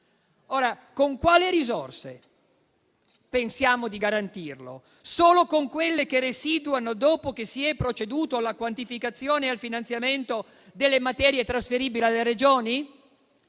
Con quali risorse pensiamo di garantirlo? Solo con quelle che residuano dopo che si è proceduto alla quantificazione e al finanziamento delle materie trasferibili alle Regioni?